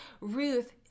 Ruth